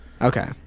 Okay